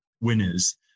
winners